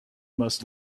must